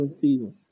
season